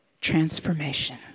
transformation